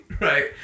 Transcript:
right